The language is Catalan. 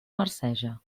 marceja